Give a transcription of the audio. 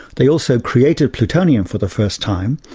they also created plutonium for the first time,